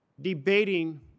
debating